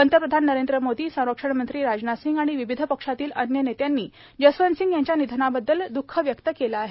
पंतप्रधान नरेंद्र मोदी संरक्षण मंत्री राजनाथसिंह आणि विविध पक्षातील अन्य नेत्यांनी जसवंतसिंह यांच्या निधनाबद्दल द्ख व्यक्त केलं आहे